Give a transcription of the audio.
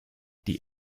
die